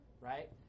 right